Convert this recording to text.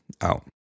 out